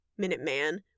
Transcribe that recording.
Minuteman